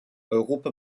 europa